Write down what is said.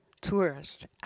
tourists